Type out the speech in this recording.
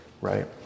right